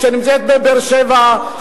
שנמצאת בבאר-שבע,